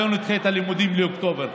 בואו נדחה את הלימודים לאוקטובר,